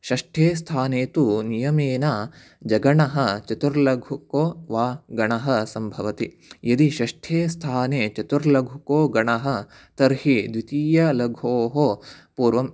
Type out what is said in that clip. षष्ठे स्थाने तु नियमेन जगणः चतुर्लघुको वा गणः सम्भवति यदि षष्ठे स्थाने चतुर्लघुकोगणः तर्हि द्वितीयलघ्वोः पूर्वं